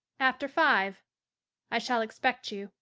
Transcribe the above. after five i shall expect you,